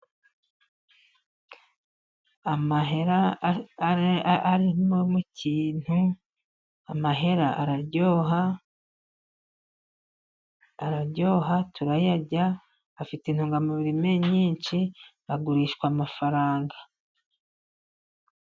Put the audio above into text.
Amahera arimo mu kintu, amahera araryoha, araryoha turayarya, afite intungamubiri nyinshi, agurishwa amafaranga.